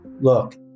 look